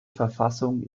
verfassung